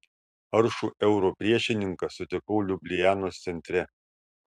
aršų euro priešininką sutikau liublianos centre